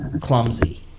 clumsy